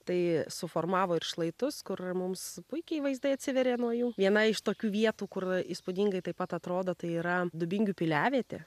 tai suformavo ir šlaitus kur mums puikiai vaizdai atsiveria nuo jų viena iš tokių vietų kur įspūdingai taip pat atrodo tai yra dubingių piliavietė